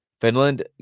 Finland